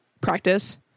practice